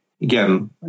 Again